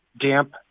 damp